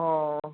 अ